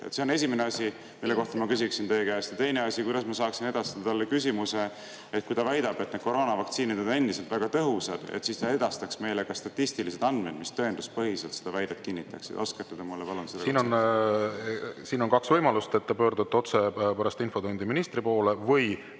See on esimene asi, mille kohta ma küsiksin teie käest. Teine asi: kuidas ma saaksin edastada talle sellise küsimuse, et kui ta väidab, et need koroonavaktsiinid on endiselt väga tõhusad, siis kas ta edastaks meile ka statistilised andmed, mis tõenduspõhiselt seda väidet kinnitaks? Oskate te mulle seda palun …? Siin on kaks võimalust: te pöördute pärast infotundi otse ministri poole või